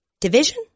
division